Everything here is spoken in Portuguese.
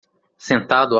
sentado